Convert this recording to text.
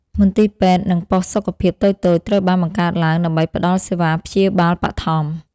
មន្ទីរពេទ្យ និងប៉ុស្តិ៍សុខភាពតូចៗត្រូវបានបង្កើតឡើង ដើម្បីផ្ដល់សេវាព្យាបាលបឋម។